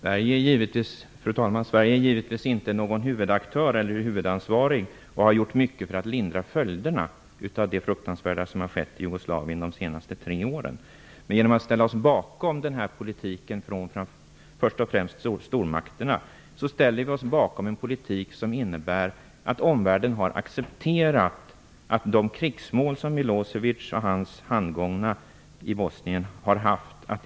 Fru talman! Sverige är givetvis inte någon huvudaktör eller huvudansvarig, och vi har gjort mycket för att lindra följderna av det fruktansvärda som har skett i Jugoslavien de senaste tre åren. Men genom att ställa oss bakom den politik som förs först och främst av stormakterna stöder vi en politik som innebär att omvärlden har accepterat att krigsmålen för Milosevic och hans handgångna i Bosnien har uppfyllts.